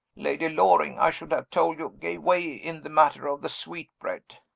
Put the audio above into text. lady loring, i should have told you, gave way in the matter of the sweetbread.